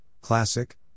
Classic